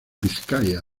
vizcaya